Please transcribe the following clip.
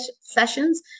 sessions